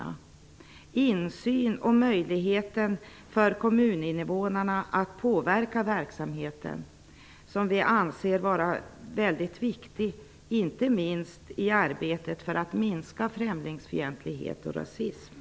Vi anser kommuninnevånarnas möjligheter till insyn i och påverkan på verksamheten vara mycket viktiga, inte minst i arbetet för att minska främlingsfientlighet och rasism.